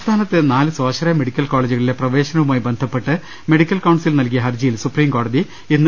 സംസ്ഥാനത്തെ നാല് സ്വാശ്രയ മെഡിക്കൽ കോളജുകളിലെ പ്രവേശനവുമായി ബന്ധപ്പെട്ട് മെഡിക്കൽ കൌൺസിൽ നൽകിയ ഹർജിയിൽ സുപ്രീം കോടതി ഇന്ന് വിശദമായ വാദം കേൾക്കും